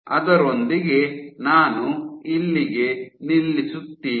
ಅದರೊಂದಿಗೆ ನಾನು ಇಲ್ಲಿಗೆ ನಿಲ್ಲಿಸುತ್ತೀನಿ